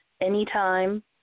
anytime